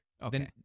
okay